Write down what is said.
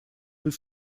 быть